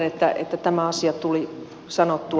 luulen että tämä asia tuli sanottua